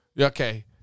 Okay